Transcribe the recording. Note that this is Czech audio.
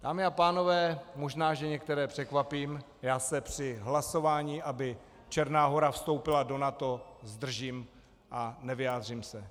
Dámy a pánové, možná, že některé překvapím, já se při hlasování, aby Černá Hora vstoupila do NATO, zdržím a nevyjádřím se.